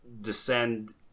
descend